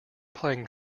playing